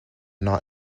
not